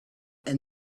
and